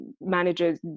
managers